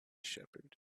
shepherd